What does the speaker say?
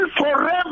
forever